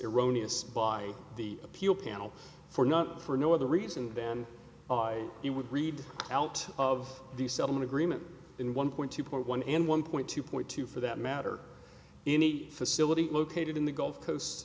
iranian by the appeal panel for not for no other reason than you would read out of the settlement agreement in one point two point one and one point two point two for that matter any facility located in the gulf coast